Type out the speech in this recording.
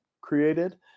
created